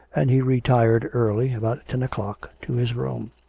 and he retired early, about ten o'clock, to his room.